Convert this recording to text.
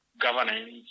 governance